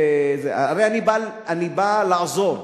הרי אני בא לעזור.